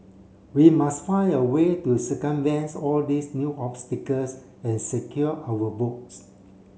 we must find a way to circumvents all these new obstacles and secure our votes